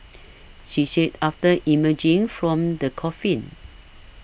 she said after emerging from the coffin